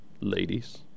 ladies